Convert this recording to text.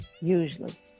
Usually